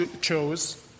chose